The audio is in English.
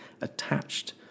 attached